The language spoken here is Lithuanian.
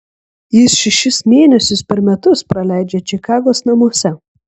jis šešis mėnesius per metus praleidžia čikagos namuose